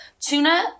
tuna